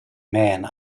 men